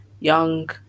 young